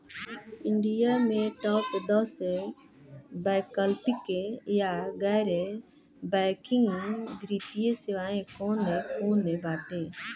India में top दस वैकल्पिक या गैर बैंकिंग वित्तीय सेवाएं कौन कोन बाटे?